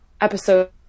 episode